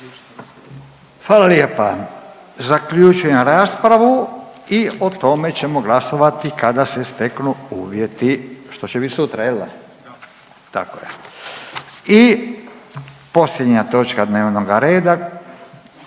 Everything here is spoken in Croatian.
Hvala lijepa. Zaključujem raspravu i o tome ćemo glasovati kada se steknu uvjeti što će bit sutra jel da? …/Upadica se